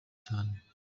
cyane